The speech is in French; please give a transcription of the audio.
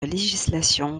législation